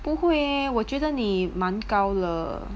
不会 eh 我觉得你蛮高了